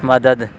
مدد